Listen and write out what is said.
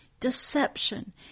deception